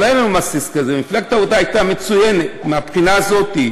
מפלגת העבודה הייתה מצוינת מהבחינה הזאת.